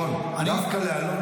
רון, דווקא לאלון?